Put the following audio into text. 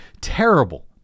terrible